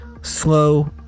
Slow